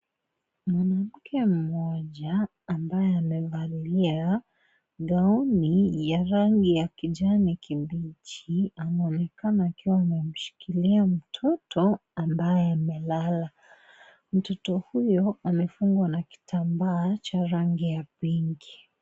Mwanamke mmoja ambaye amevalia gauni ya rangi ya kijani kibichi anaonekana akiwa amemshikilia mtoto ambaye amelala. Mtoto huyo amefungwa na kitambaa cha rangi ya pinki.